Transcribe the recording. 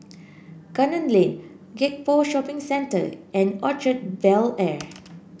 Gunner Lane Gek Poh Shopping Centre and Orchard Bel Air